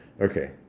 okay